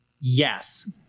Yes